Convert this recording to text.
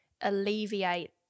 alleviate